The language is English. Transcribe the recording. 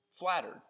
flattered